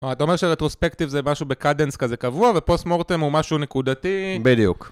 אה, אתה אומר שרטרוספקטיב זה משהו ב-cadence כזה קבוע, ופוסט מורטם הוא משהו נקודתי? בדיוק.